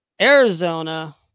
Arizona